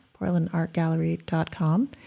portlandartgallery.com